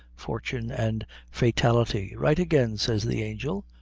fortune and fatality. write again, says the angel.